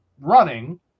running